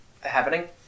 Happening